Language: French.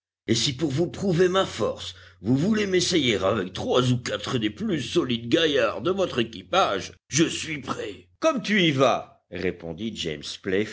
et si pour vous prouver ma force vous voulez m'essayer avec trois ou quatre des plus solides gaillards de votre équipage je suis prêt comme tu y vas répondit james